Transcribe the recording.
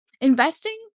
investing